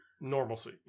Normalcy